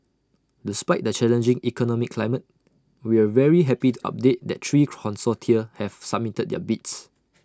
despite the challenging economic climate we're very happy to update that three consortia have submitted their bids